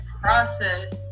process